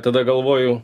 tada galvoju